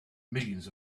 millions